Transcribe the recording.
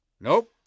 Nope